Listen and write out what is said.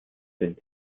sind